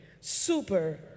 super